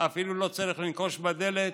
אפילו לא צריך להקיש בדלת,